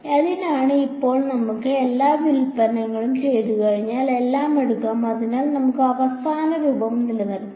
അതിനാൽ ഇപ്പോൾ നമുക്ക് എല്ലാ വ്യുൽപ്പന്നങ്ങളും ചെയ്തുകഴിഞ്ഞാൽ എല്ലാം എടുക്കാം അതിനാൽ നമുക്ക് അവസാന രൂപം നിലനിർത്താം